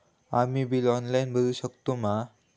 आम्ही bill online भरुक शकतू मा?